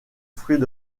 fruits